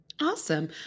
Awesome